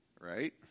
Right